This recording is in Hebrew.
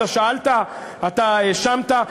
אתה האשמת,